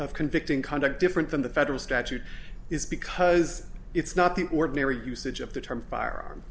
of convicting conduct different than the federal statute is because it's not the ordinary usage of the term fire